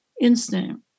instinct